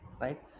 Right